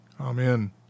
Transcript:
Amen